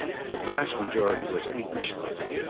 the vast majority was angry stuff.